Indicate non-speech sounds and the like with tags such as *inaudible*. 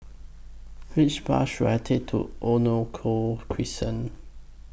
Which Bus should I Take to *unintelligible* Crescent